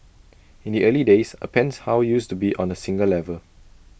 in the early days A penthouse used to be on A single level